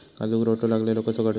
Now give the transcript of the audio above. काजूक रोटो लागलेलो कसो काडूचो?